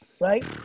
Right